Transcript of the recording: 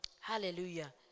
Hallelujah